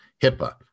HIPAA